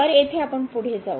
तर येथे आपण पुढे जाऊ